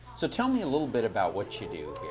so tell me a little bit about what you do